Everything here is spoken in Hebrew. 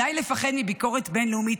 די לפחד מביקורת בין-לאומית,